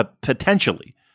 potentially